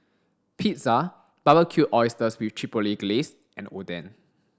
Pizza Barbecued Oysters with Chipotle Glaze and Oden